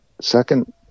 second